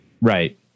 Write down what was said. Right